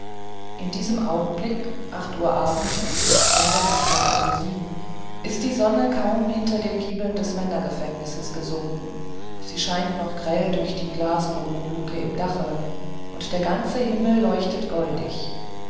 in diesem augenblick acht uhr abends in wirklichkeit ist die sonne kaum hinter den giebeln des männergefängnisses gesunken sie scheint noch grell durch die glasbodenluke im dache und der ganze himmel leuchtet goldig